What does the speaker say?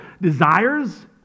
desires